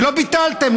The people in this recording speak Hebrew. ולא ביטלתם,